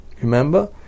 Remember